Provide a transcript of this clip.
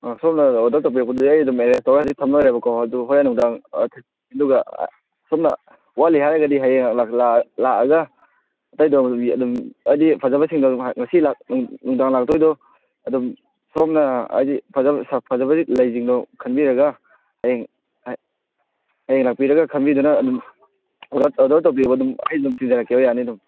ꯁꯣꯝꯅ ꯑꯣꯗꯔ ꯇꯧꯕꯤꯔꯛꯄꯗꯨꯗꯤ ꯑꯩ ꯑꯗꯨꯝ ꯑꯦꯔꯦꯟꯖ ꯇꯧꯔ ꯍꯧꯖꯤꯛ ꯊꯝ ꯂꯣꯏꯔꯦꯕꯀꯣ ꯑꯗꯣ ꯍꯣꯔꯦꯟ ꯅꯨꯡꯗꯥꯡ ꯑꯗꯨꯒ ꯁꯣꯝꯅ ꯋꯥꯠꯂꯤ ꯍꯥꯏꯔꯒꯗꯤ ꯍꯌꯦꯡ ꯂꯥꯛꯑꯒ ꯑꯇꯩꯗꯣ ꯑꯗꯨꯝ ꯍꯥꯏꯗꯤ ꯐꯖꯕꯁꯤꯡꯗꯣ ꯑꯗꯨꯝ ꯉꯁꯤ ꯅꯨꯡꯗꯥꯡ ꯂꯥꯛꯇꯣꯏꯗꯣ ꯑꯗꯨꯝ ꯁꯣꯝꯅ ꯍꯥꯏꯗꯤ ꯐꯖꯕ ꯐꯖꯕ ꯂꯩꯁꯤꯡꯗꯣ ꯈꯟꯕꯤꯔꯒ ꯍꯌꯦꯡ ꯍꯌꯦꯡ ꯂꯥꯛꯄꯤꯔꯒ ꯈꯟꯕꯤꯗꯨꯅ ꯑꯗꯨꯝ ꯑꯣꯗꯔ ꯑꯣꯗꯔ ꯇꯧꯕꯤꯔꯛꯑꯣ ꯑꯩ ꯑꯗꯨꯝ ꯊꯤꯟꯖꯔꯛꯀꯦ ꯌꯥꯅꯤ ꯑꯗꯨꯝ